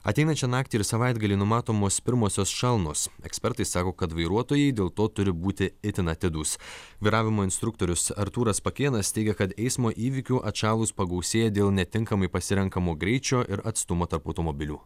ateinančią naktį ir savaitgalį numatomos pirmosios šalnos ekspertai sako kad vairuotojai dėl to turi būti itin atidūs vairavimo instruktorius artūras pakėnas teigia kad eismo įvykių atšalus pagausėja dėl netinkamai pasirenkamo greičio ir atstumo tarp automobilių